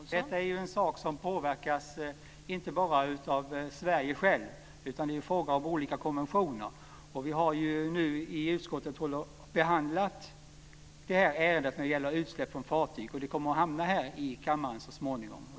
Fru talman! Detta är en sak som påverkas inte bara av Sverige självt, utan det är fråga om olika konventioner. I utskottet har vi behandlat ärendet om utsläpp från fartyg, och det kommer att hamna här i kammaren så småningom.